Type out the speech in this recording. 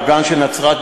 האורגן של נצרת,